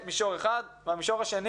במישור השני